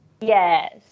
yes